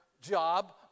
job